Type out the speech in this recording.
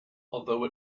although